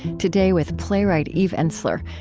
today with playwright eve ensler,